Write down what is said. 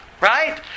Right